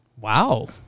Wow